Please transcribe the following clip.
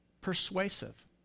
persuasive